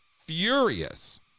furious